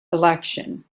election